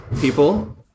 people